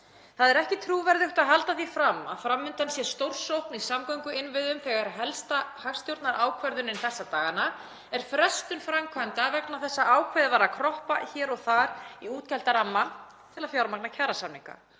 Það er ekki trúverðugt að halda því fram að fram undan sé stórsókn í samgönguinnviðum þegar helsta hagstjórnarákvörðunin þessa dagana er frestun framkvæmda vegna þess að ákveðið var að kroppa hér og þar í útgjaldarammann til að fjármagna kjarasamninga.